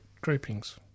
groupings